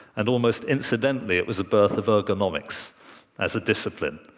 and almost incidentally, it was a birth of ergonomics as a discipline.